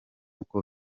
uko